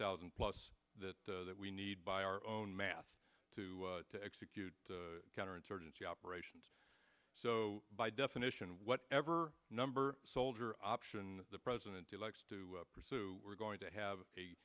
thousand plus that that we need by our own math to to execute counterinsurgency operations so by definition whatever number soldier option the president elects to pursue we're going to have a